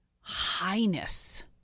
highness